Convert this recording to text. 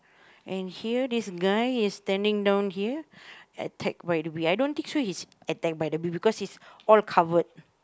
and here this guy is standing down here attack by the bee I don't think so he's attack by the bee because he's all covered